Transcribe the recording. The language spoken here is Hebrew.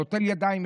נוטל ידיים,